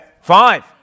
five